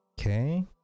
Okay